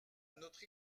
notre